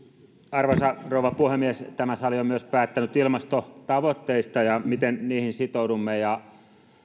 arvoisa rouva puhemies tämä sali on myös päättänyt ilmastotavoitteista ja miten niihin sitoudumme